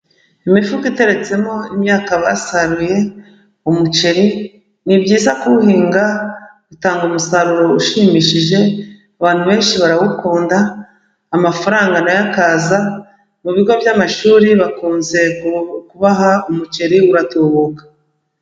Imifuka iteretsemo imyaka basaruye, umuceri ni byiza kuwuhinga bitanga umusaruro ushimishije, abantu benshi barawukunda amafaranga na yo akaza, mu bigo by'amashuri bakunze kubaha umuceri uratubuka.